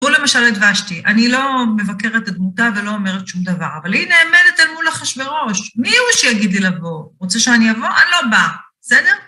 קחו למשל את ושתי, אני לא מבקרת את דמותה ולא אומרת שום דבר, אבל היא נעמדת אל מול אחשברוש. מי הוא שיגיד לי לבוא? רוצה שאני אבוא? אני לא באה, בסדר?